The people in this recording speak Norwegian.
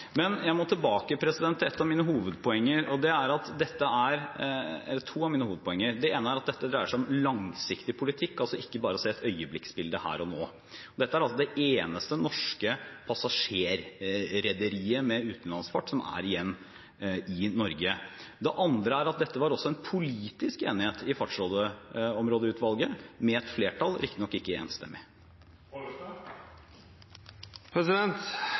Jeg må tilbake til to av mine hovedpoenger. Det ene er at dette dreier seg om langsiktig politikk, altså ikke bare om å se et øyeblikksbilde her og nå. Dette er det eneste norske passasjerrederiet med utenlandsfart som er igjen i Norge. Det andre er at dette var det også politisk enighet om i Fartsområdeutvalget – med et flertall riktignok, ikke enstemmig.